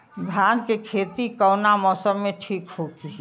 धान के खेती कौना मौसम में ठीक होकी?